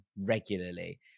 regularly